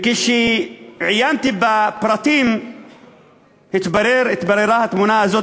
כשעיינתי בפרטים התבררה התמונה הזאת,